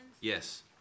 Yes